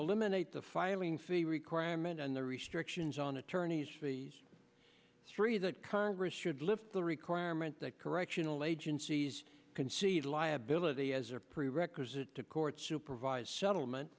eliminate the filing fee requirement and the restrictions on attorney's fees three that congress should lift the requirement that correctional agencies concede liability as a prerequisite to court supervised settlement